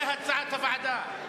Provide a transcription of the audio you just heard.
כהצעת הוועדה,